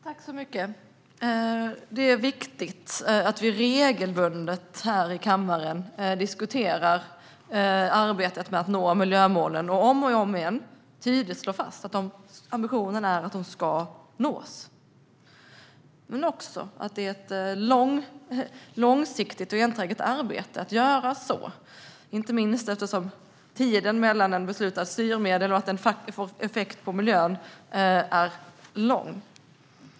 Herr talman! Det är viktigt att vi regelbundet i kammaren diskuterar arbetet med att nå miljömålen och om och om igen tydligt slår fast att ambitionen är att de ska nås. Det är ett långsiktigt och enträget arbete, inte minst eftersom tiden mellan att besluta om ett styrmedel och att detta styrmedel får effekt på miljön är lång.